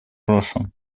прошлом